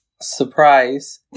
Surprise